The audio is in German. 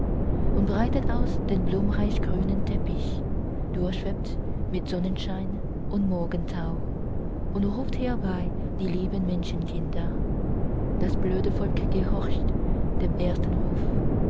und breitet aus den blumreich grünen teppich durchwebt mit sonnenschein und morgentau und ruft herbei die lieben menschenkinder das blöde volk gehorcht dem ersten ruf